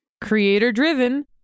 Creator-driven